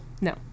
No